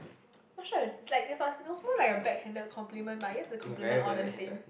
not sure it's like it was it was more like a backhanded compliment but it's a compliment all the same